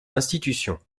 institutions